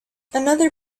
another